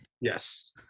Yes